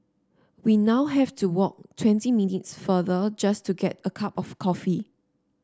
we now have to walk twenty minutes farther just to get a cup of coffee